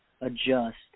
adjust